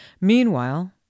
Meanwhile